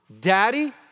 Daddy